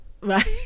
Right